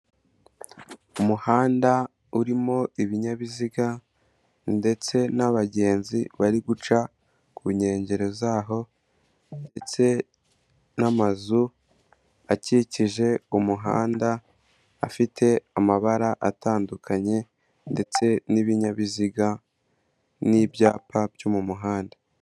Umuhanda urimo ibinyabiziga ndetse n'abagenzi bari guca ku nkengero zaho ndetse n'amazu akikije umuhanda afite amabara atandukanye ndetse n'ibinyabiziga n'ibyapa byo mu muhanda.